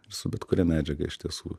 su bet kuria medžiaga iš tiesų